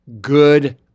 good